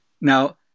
Now